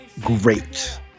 great